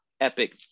epic